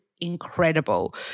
incredible